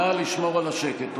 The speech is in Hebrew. נא לשמור על השקט.